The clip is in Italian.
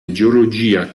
geologia